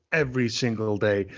every single day.